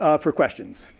ah for questions.